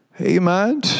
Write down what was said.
Amen